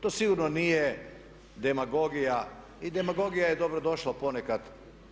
To sigurno nije demagogija i demagogija je dobro došla ponekad.